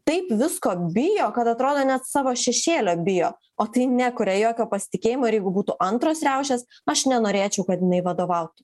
taip visko bijo kad atrodo net savo šešėlio bijo o tai nekuria jokio pasitikėjimo ir jeigu būtų antros riaušės aš nenorėčiau kad jinai vadovautų